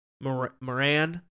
Moran